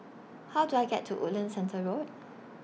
How Do I get to Woodlands Centre Road